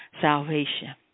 salvation